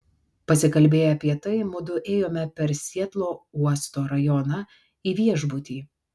pasikalbėję apie tai mudu ėjome per sietlo uosto rajoną į viešbutį